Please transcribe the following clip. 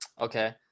Okay